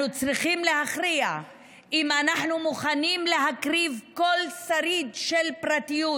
אנחנו צריכים להכריע אם אנחנו מוכנים להקריב כל שריד של פרטיות,